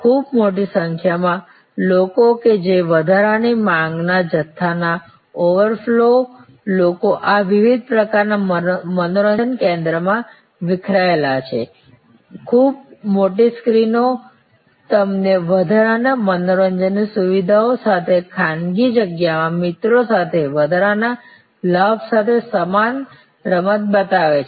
ખૂબ મોટી સંખ્યામાં લોકો કે જે વધારાની માંગના મોટા જથ્થા ના ઓવર ફ્લો લોકો આ વિવિધ પ્રકારના મનોરંજન કેન્દ્રોમાં વિખરાયેલા છે ખૂબ મોટી સ્ક્રીનો તમને વધારાની મનોરંજન સુવિધાઓ સાથે ખાનગી જગ્યામાં મિત્રો સાથે વધારાના લાભ સાથે સમાન રમત બતાવે છે